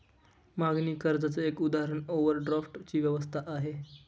मागणी कर्जाच एक उदाहरण ओव्हरड्राफ्ट ची व्यवस्था आहे